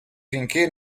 finché